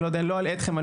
אני לא אלאה אתכם.